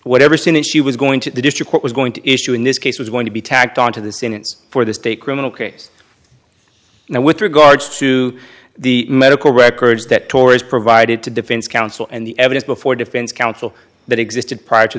whatever since she was going to the district what was going to issue in this case was going to be tacked on to the sentence for the state criminal case now with regards to the medical records that tours provided to defense counsel and the evidence before defense counsel that existed prior to